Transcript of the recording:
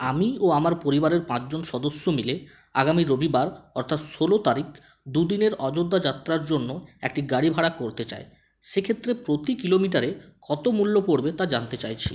আমি ও আমার পরিবারের পাঁচজন সদস্য মিলে আগামী রবিবার অর্থাৎ ষোলো তারিখ দুদিনের অযোধ্যা যাত্রার জন্য একটি গাড়ি ভাড়া করতে চাই সে ক্ষেত্রে প্রতি কিলোমিটারে কত মূল্য পড়বে তা জানতে চাইছি